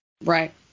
Right